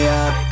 up